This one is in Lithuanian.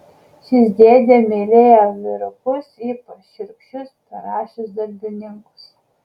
šis dėdė mylėjo vyrukus ypač šiurkščius beraščius darbininkus